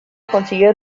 consiguió